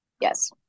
yes